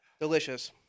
Delicious